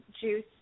juice